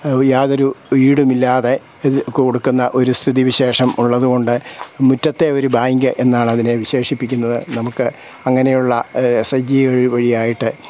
യാതൊരു ഈടുമില്ലാതെ ഇത് കൊടുക്കുന്ന ഒരു സ്ഥിതി വിശേഷം ഉള്ളതുകൊണ്ട് മുറ്റത്തെ ഒരു ബാങ്ക് എന്നാണ് അതിനെ വിശേഷിപ്പിക്കുന്നത് നമക്ക് അങ്ങനെയുള്ള എസ് എച്ച് ജി വഴിയായിട്ട്